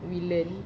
we learn